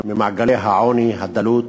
ממעגלי העוני, הדלות,